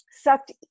sucked